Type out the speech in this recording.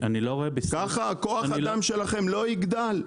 ככה כוח האדם שלכם לא יגדל.